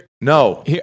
No